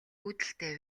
үүдэлтэй